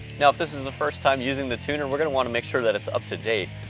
now, if this is the first time using the tuner, we're gonna wanna make sure that it's up to date.